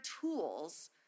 tools